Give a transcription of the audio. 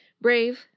brave